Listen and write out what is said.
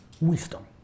wisdom